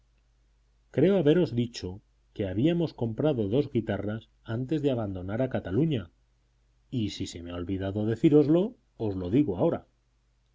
creo haberos dicho que habíamos comprado dos guitarras antes de abandonar a cataluña y si se me ha olvidado decíroslo os lo digo ahora